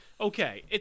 Okay